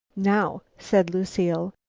now, said lucile,